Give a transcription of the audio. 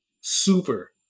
Super